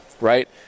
right